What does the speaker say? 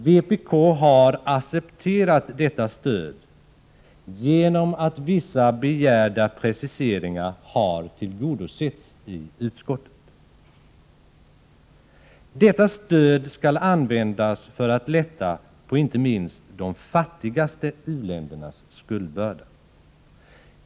Vpk har accepterat detta stöd genom att vissa begärda preciseringar har tillgodosetts i utskottet. Detta stöd skall användas för att lätta på inte minst de fattigaste u-ländernas skuldbörda.